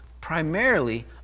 primarily